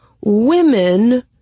women